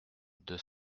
deux